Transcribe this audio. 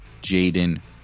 Jaden